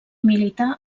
milità